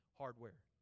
hardware